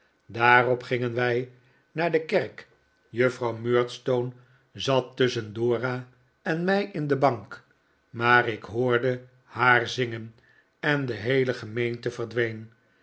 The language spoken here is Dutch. daarop gingen wij naar de kerk juffrouw murdstone zat tusschen dora en mij in de bank maar ik hoorde haar zingen en de heele gemeente verdween